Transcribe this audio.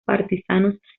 partisanos